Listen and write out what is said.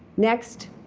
next,